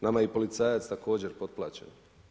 Nama je i policajac također potplaćen.